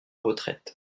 retraite